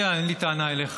אני יודע, אין לי טענה אליך.